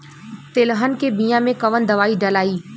तेलहन के बिया मे कवन दवाई डलाई?